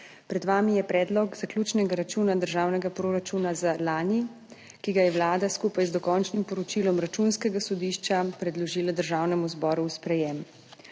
Pred vami je predlog zaključnega računa državnega proračuna za lani, ki ga je Vlada skupaj z dokončnim poročilom Računskega sodišča predložila Državnemu zboru v sprejetje.